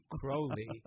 Crowley